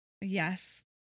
Yes